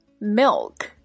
Milk